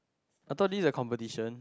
I thought this is a competition